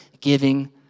giving